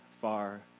far